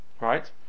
right